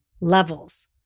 levels